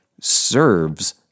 serves